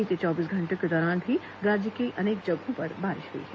बीते चौबीस घंटों के दौरान भी राज्य की अनेक जगहों पर बारिश हुई है